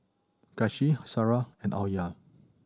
Kasih Sarah and Alya